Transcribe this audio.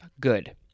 good